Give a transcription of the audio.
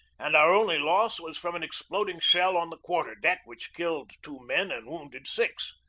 and our only loss was from an exploding shell on the quarter deck which killed two men and wounded six.